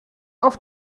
auf